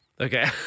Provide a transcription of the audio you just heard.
Okay